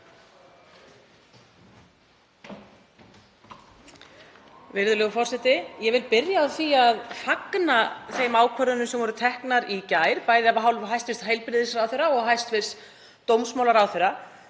Virðulegur forseti. Ég vil byrja á því að fagna þeim ákvörðunum sem voru teknar í gær, bæði af hálfu hæstv. heilbrigðisráðherra og hæstv. dómsmálaráðherra,